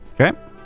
Okay